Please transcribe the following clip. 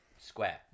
square